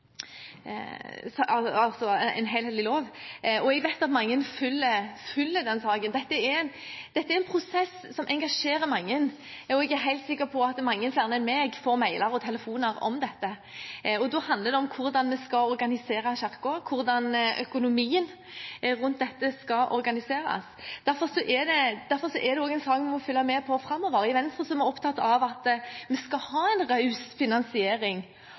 vet at mange følger denne saken. Dette er en prosess som engasjerer mange, og jeg er helt sikker på at mange flere enn meg får mailer og telefoner om dette. Det handler om hvordan vi skal organisere Kirken, hvordan økonomien rundt dette skal organiseres. Derfor er det en sak vi også må følge med på framover. I Venstre er vi opptatt av at vi skal ha en raus finansiering